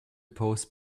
pose